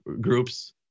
groups